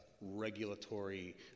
regulatory